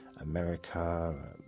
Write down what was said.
America